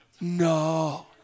No